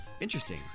Interesting